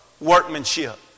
workmanship